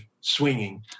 swinging